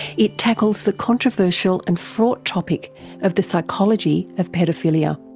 it tackles the controversial and fraught topic of the psychology of paedophilia.